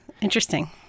Interesting